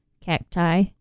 cacti